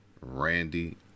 Randy